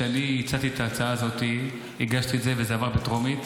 כשהצעתי את ההצעה הזאת היא עברה בטרומית.